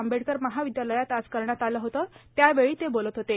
आंबेडकर महाविद्यालयात आज करण्यात आले होते त्यावेळी ते बोलत होते